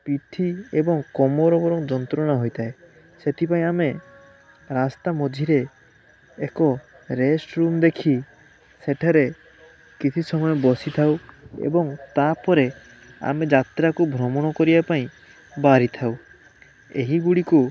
ପିଠି ଏବଂ କମର ବରଂ ଯନ୍ତ୍ରଣା ହୋଇଥାଏ ସେଥିପାଇଁ ଆମେ ରାସ୍ତା ମଝିରେ ଏକ ରେଷ୍ଟ ରୁମ୍ ଦେଖି ସେଠାରେ କିଛି ସମୟ ବସି ଥାଉ ଏବଂ ତା ପରେ ଆମେ ଯାତ୍ରାକୁ ଭ୍ରମଣ କରିବା ପାଇଁ ବାହାରି ଥାଉ ଏହି ଗୁଡ଼ିକୁ